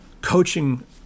coaching